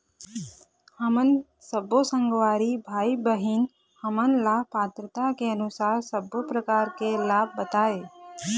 हमन सब्बो संगवारी भाई बहिनी हमन ला पात्रता के अनुसार सब्बो प्रकार के लाभ बताए?